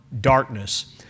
darkness